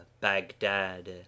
baghdad